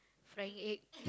frying egg